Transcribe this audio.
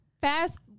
Fast